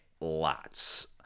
lots